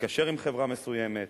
מתקשר עם חברה מסוימת,